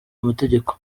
amategeko